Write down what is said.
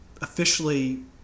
officially